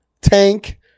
tank